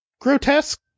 grotesque